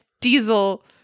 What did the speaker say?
diesel